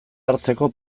hartzeko